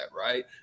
right